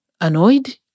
annoyed